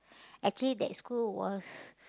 actually that school was